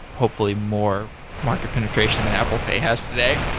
hopefully more market penetration than apple pay has today.